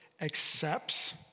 accepts